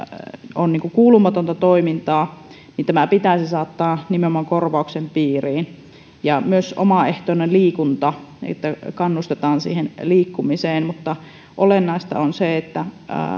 kuulumatonta toimintaa niin tämä pitäisi saattaa nimenomaan korvauksen piiriin ja myös omaehtoinen liikunta niin että kannustetaan siihen liikkumiseen mutta olennaista on se että